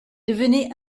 devenaient